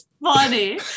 funny